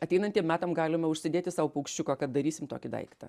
ateinantiem metam galime užsidėti sau paukščiuką kad darysim tokį daiktą